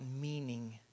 meaning